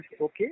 okay